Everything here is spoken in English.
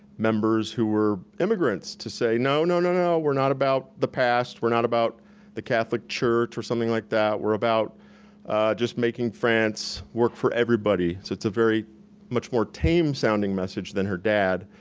members who are immigrants to say no, no, no, no, we're not about the past, we're not about the catholic church, or something like that. we're about just making france work for everybody. so it's a very much more tame sounding message than her dad.